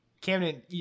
Camden